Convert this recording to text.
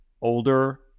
Older